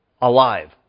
alive